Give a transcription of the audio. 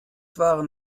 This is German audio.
waren